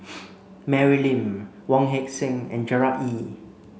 Mary Lim Wong Heck Sing and Gerard Ee